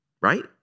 right